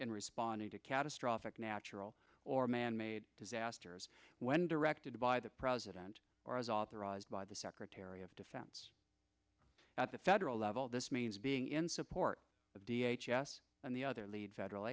in responding to catastrophic natural or manmade disasters when directed by the president or as authorized by the secretary of defense at the federal level this means being in support of v h s and the other lead federal